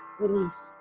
release